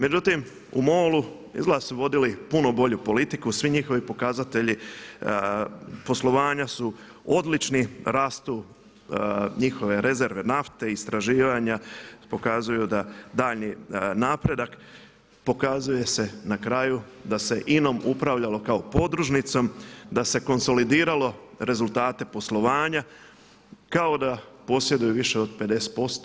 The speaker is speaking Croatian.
Međutim, u MOL-u izgleda da su vodili puno bolju politiku svi njihovi pokazatelji poslovanja su odlični, rastu njihove rezerve nafte, istraživanja pokazuju da daljnji napredak, pokazuje se na kraju da se INA-om upravljalo kao podružnicom, da se konsolidiralo rezultate poslovanja kao da posjeduje više od 50%